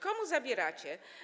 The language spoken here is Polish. Komu zabierzecie?